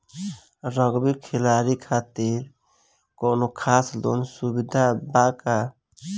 Rugby खिलाड़ी खातिर कौनो खास लोन सुविधा बा का?